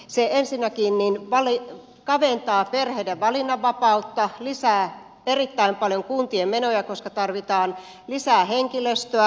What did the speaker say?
se ensinnäkin kaventaa perheiden valinnanvapautta lisää erittäin paljon kuntien menoja koska tarvitaan lisää henkilöstöä